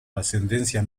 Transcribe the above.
ascendencia